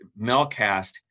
MelCast